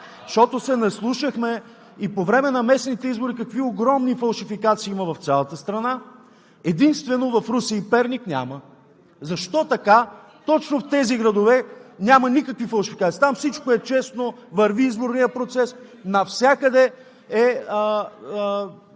бъдат? Наслушахме се и по време на местните избори какви огромни фалшификации има в цялата страна, единствено в Русе и Перник няма. Защо така? Точно в тези градове няма никакви фалшификации, там всичко е честно, върви изборният процес, навсякъде